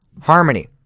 harmony